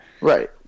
Right